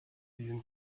diesen